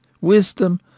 wisdom